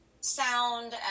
sound